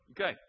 Okay